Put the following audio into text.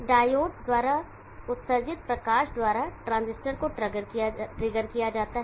diode द्वारा उत्सर्जित प्रकाश द्वारा ट्रांजिस्टर को ट्रिगर किया जाता है